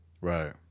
right